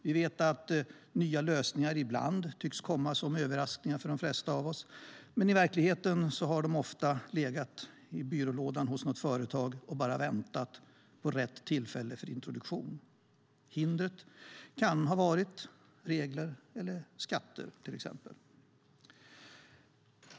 Vi vet att nya lösningar ibland tycks komma som överraskningar för de flesta av oss, men i verkligheten har de ofta legat i byrålådan hos något företag och bara väntat på rätt tillfälle för introduktion. Hindret kan till exempel ha varit regler eller skatter.